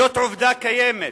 זאת עובדה קיימת,